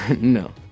no